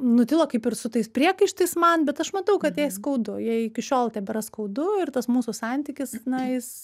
nutilo kaip ir su tais priekaištais man bet aš matau kad jai skaudu jai iki šiol tebėra skaudu ir tas mūsų santykis na jis